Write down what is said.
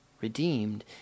redeemed